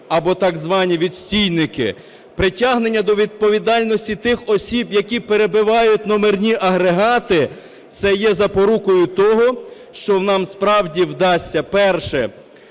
або, так звані, відстійники, притягнення до відповідальності тих осіб, які перебивають номерні агрегати. Це є запорукою того, що нам справді вдасться, перше